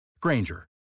Granger